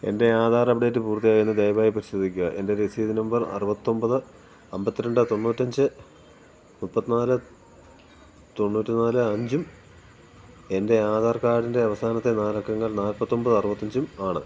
എൻ്റെ ആധാർ അപ്ഡേറ്റ് പൂർത്തിയായോയെന്ന് ദയവായി പരിശോധിക്കുക എൻ്റെ രസീത് നമ്പർ അറുപത്തിയൊമ്പത് അമ്പത്തിരണ്ട് തൊണ്ണൂറ്റിയഞ്ച് മുപ്പത്തിന്നാല് തൊണ്ണൂറ്റിന്നാല് അഞ്ചും എൻ്റെ ആധാർ കാർഡിൻ്റെ അവസാനത്തെ നാലക്കങ്ങൾ നാല്പത്തിയൊമ്പത് അറുപത്തിയഞ്ചുമാണ്